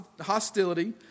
hostility